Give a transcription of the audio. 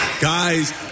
guys